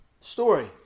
story